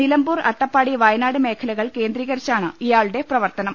നിലമ്പൂർ അട്ടപ്പാടി വയനാട് മേഖലകൾ കേന്ദ്രീകരിച്ചാണ് ഇയാളുടെ പ്രവർത്തനം